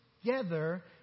together